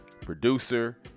producer